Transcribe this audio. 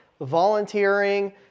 volunteering